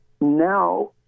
Now